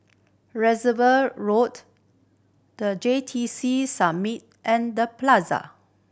Reservoir Road The J T C Summit and The Plaza